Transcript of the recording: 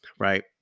Right